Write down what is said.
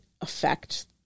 affect